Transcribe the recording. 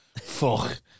fuck